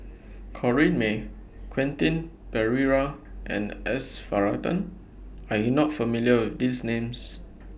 Corrinne May Quentin Pereira and S Varathan Are YOU not familiar with These Names